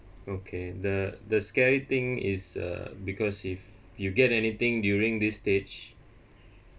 okay the the scary thing is uh because if you get anything during this stage